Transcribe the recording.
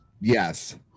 yes